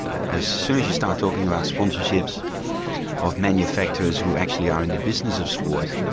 as soon as you start talking about sponsorships of manufacturers who actually are in the business of sport,